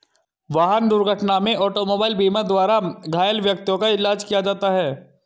वाहन दुर्घटना में ऑटोमोबाइल बीमा द्वारा घायल व्यक्तियों का इलाज किया जाता है